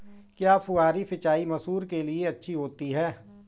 क्या फुहारी सिंचाई मसूर के लिए अच्छी होती है?